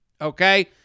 Okay